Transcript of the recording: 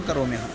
करोमि अहं